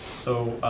so,